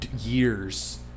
years